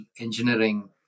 engineering